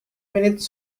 minutes